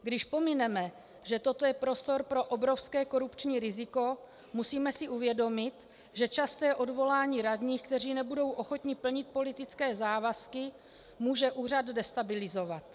Když pomineme, že toto je prostor pro obrovské korupční riziko, musíme si uvědomit, že časté odvolání radních, kteří nebudou ochotni plnit politické závazky, může úřad destabilizovat.